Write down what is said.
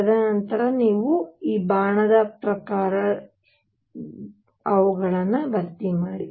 ತದನಂತರ ನೀವು ಈ ಬಾಣದ ಪ್ರಕಾರ ಅವುಗಳನ್ನು ಭರ್ತಿ ಮಾಡಿ